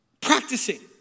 Practicing